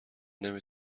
نمی